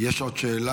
יש עוד שאלה.